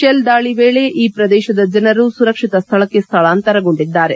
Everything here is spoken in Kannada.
ಶೆಲ್ ದಾಳಿ ವೇಳೆ ಈ ಪ್ರದೇಶದ ಜನರು ಸುರಕ್ಷಿತ ಸ್ವಳಕ್ಕೆ ಸ್ಥಳಾಂತರಗೊಂಡಿದ್ದಾರೆ